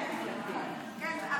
אז זה הולך לוועדת הכנסת,